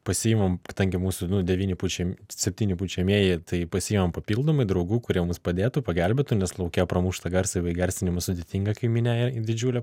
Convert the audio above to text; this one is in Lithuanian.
pasiimam kadangi mūsų nu devyni pučiam septyni pučiamieji tai pasiimam papildomai draugų kurie mums padėtų pagelbėtų nes lauke pramušt tą garsą be įgarsinimo sudėtinga kai minia ir didžiulė